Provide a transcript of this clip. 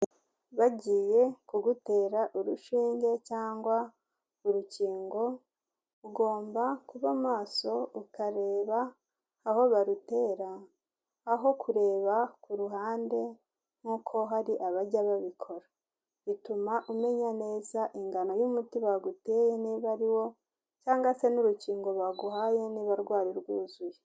Bagiye kugutera urushinge, cyangwa urukingo, ugomba kuba maso ukareba aho barutera, aho kureba ku ruhande nk'uko hari abajya babikora, bituma umenya neza ingano y'umuti baguteye, niba ari, wo cyangwa se n'urukingo baguhaye niba rwari rwuzuye.